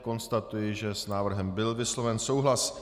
Konstatuji, že s návrhem byl vysloven souhlas.